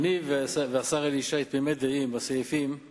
הוא אומר עכשיו את